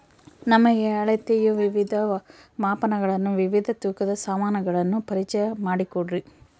ನಮಗೆ ಅಳತೆಯ ವಿವಿಧ ಮಾಪನಗಳನ್ನು ವಿವಿಧ ತೂಕದ ಸಾಮಾನುಗಳನ್ನು ಪರಿಚಯ ಮಾಡಿಕೊಡ್ರಿ?